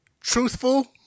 truthful